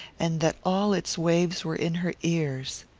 and that all its waves were in her ears.